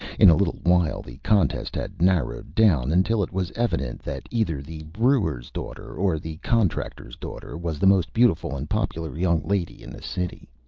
in a little while the contest had narrowed down until it was evident that either the brewer's daughter or the contractor's daughter was the most beautiful and popular young lady in the city.